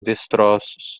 destroços